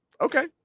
okay